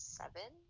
seven